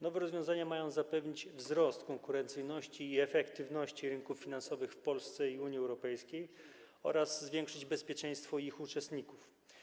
Nowe rozwiązania mają zapewnić wzrost konkurencyjności i efektywności rynków finansowych w Polsce i Unii Europejskiej oraz zwiększyć bezpieczeństwo ich uczestników.